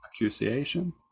accusation